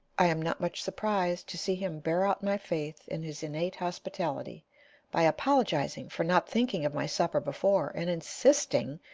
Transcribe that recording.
i am not much surprised to see him bear out my faith in his innate hospitality by apologizing for not thinking of my supper before, and insisting,